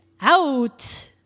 out